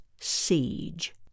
siege